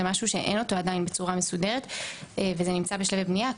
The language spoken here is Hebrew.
זה משהו שאין אותו עדיין בצורה מסודרת וזה נמצא בשלבי בנייה,